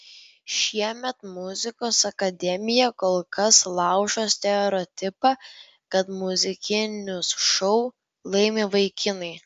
šiemet muzikos akademija kol kas laužo stereotipą kad muzikinius šou laimi vaikinai